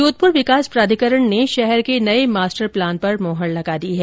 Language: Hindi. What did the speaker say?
जोधपुर विकास प्राधिकरण ने शहर के नए मास्टर प्लान पर मुहर लगा दी है